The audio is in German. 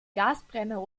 gasbrenner